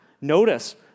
Notice